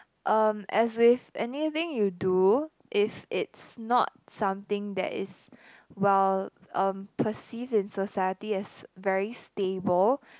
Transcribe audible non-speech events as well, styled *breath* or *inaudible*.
um as with anything you do if it's not something that is *breath* well um perceived in society as very stable